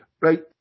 Right